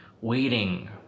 waiting